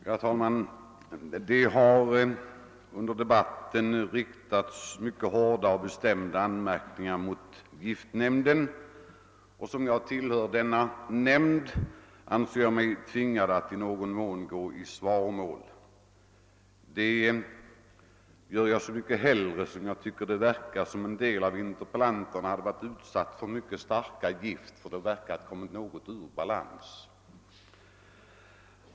Herr talman! Det har under debatten riktats mycket hårda och bestämda anmärkningar mot giftnämnden, och eftersom jag tillhör denna nämnd anser jag mig tvingad att i någon mån gå i svaromål. Detta gör jag så mycket hellre som jag tycker det verkar som om en del av interpellanterna hade varit utsatta för något mycket starkt gift som gjort att de något råkat ur balans.